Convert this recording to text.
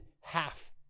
half